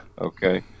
Okay